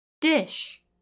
Dish